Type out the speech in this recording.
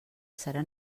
serà